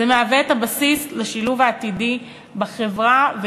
זה הבסיס לשילוב עתידי בחברה,